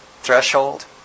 threshold